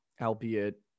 albeit